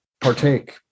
partake